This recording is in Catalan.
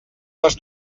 les